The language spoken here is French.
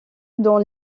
dans